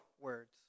words